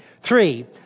Three